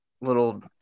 little